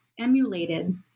emulated